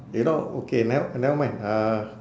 you know okay never never mind uh